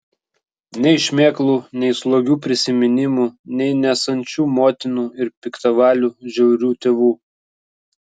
nei šmėklų nei slogių prisiminimų nei nesančių motinų ir piktavalių žiaurių tėvų